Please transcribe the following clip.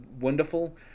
wonderful